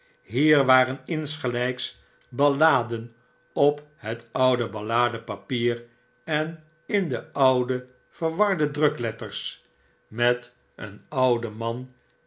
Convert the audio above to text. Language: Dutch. hier waren insgelgks balladen op het oude balladen papier en in de oude verwarde drukletters met een ouden man